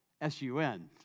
S-U-N